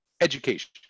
education